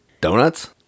donuts